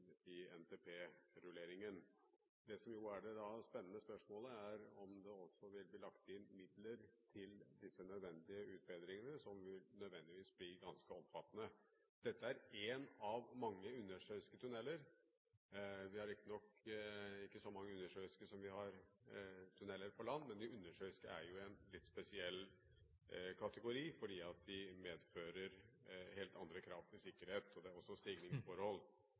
som er det spennende spørsmålet, er om det også vil bli lagt inn midler til disse nødvendige utbedringene, som nødvendigvis vil bli ganske omfattende. Dette er én av mange undersjøiske tunneler. Vi har riktignok ikke så mange undersjøiske som vi har tunneler på land, men de undersjøiske er jo i en litt spesiell kategori, fordi de medfører helt andre krav til sikkerhet, og det er også stigningsforhold.